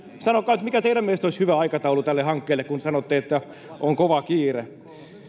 sanokaa nyt mikä teidän mielestänne olisi hyvä aikataulu tälle hankkeelle kun sanotte että on kova kiire